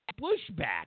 pushback